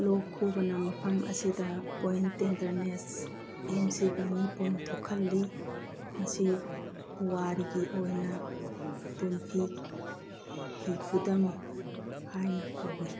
ꯂꯣꯛ ꯈꯨꯕꯅ ꯃꯐꯝ ꯑꯁꯤꯗ point tenderness McBurney point ꯊꯣꯛꯍꯜꯂꯤ ꯃꯁꯤ ꯄꯨꯋꯥꯔꯤꯒꯤ ꯑꯣꯏꯅ ꯗꯨꯟꯐꯤꯒꯤ ꯈꯨꯗꯝ ꯍꯥꯏꯅ ꯀꯧꯏ